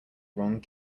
wrong